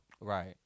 Right